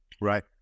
Right